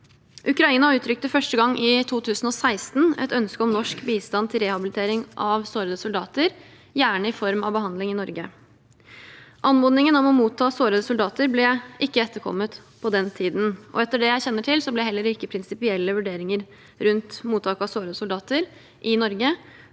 Ukraina uttrykte første gang i 2016 et ønske om bistand til rehabilitering av sårede soldater, gjerne i form av behandling i Norge. Anmodningen om å motta sårede soldater ble ikke etterkommet på den tiden, og etter det jeg kjenner til, ble heller ikke prinsipielle vurderinger rundt mottak av sårede soldater i Norge